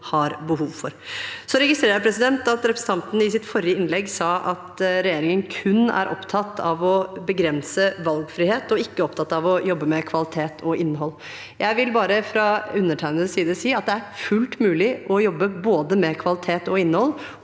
har behov for. Jeg registrerer at representanten i sitt forrige innlegg sa at regjeringen kun er opptatt av å begrense valgfrihet og ikke opptatt av å jobbe med kvalitet og innhold. Jeg vil bare fra undertegnedes side si at det er fullt mulig å jobbe både med kvalitet og innhold